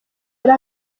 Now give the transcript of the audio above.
yari